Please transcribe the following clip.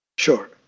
Sure